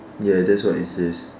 ya that's what it says